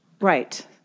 Right